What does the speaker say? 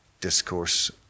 discourse